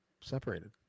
separated